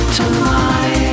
tonight